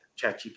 ChatGPT